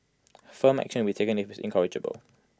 firm action will be taken if he is incorrigible